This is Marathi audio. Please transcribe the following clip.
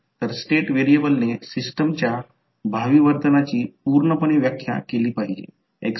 तर एकदा या कॉइलमुळे करंट वाहतो आणि तेथे व्होल्टेज M didt तयार होते